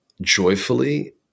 joyfully